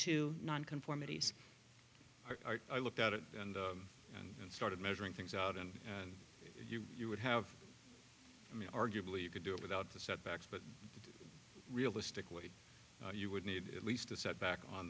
two nonconformity are i looked at it and started measuring things out and you you would have arguably you could do it without the setbacks but realistically you would need at least a set back on